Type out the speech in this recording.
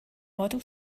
model